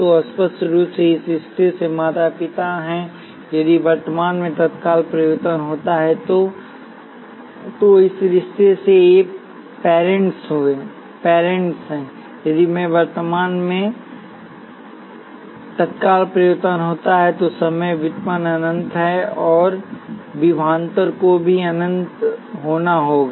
तो स्पष्ट रूप से इस रिश्ते से माता पिता हैं यदि वर्तमान में तत्काल परिवर्तन होता है तो समय व्युत्पन्न अनंत है और विभवांतर को भी अनंत होना होगा